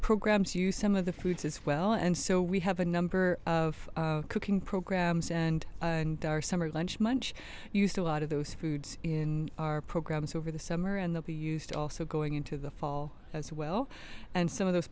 programs use some of the foods as well and so we have a number of cooking programs and and our summer lunch munch used a lot of those foods in our programs over the summer and they'll be used also going into the fall as well and some of those